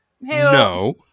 No